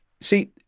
see